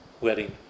wedding